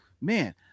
man